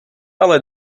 ale